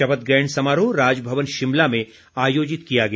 शपथ ग्रहण समारोह राजभवन शिमला में आयोजित किया गया